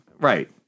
Right